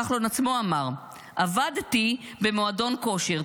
כחלון עצמו אמר: עבדתי במועדון כושר,